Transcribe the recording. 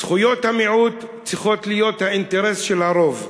זכויות המיעוט צריכות להיות האינטרס של הרוב.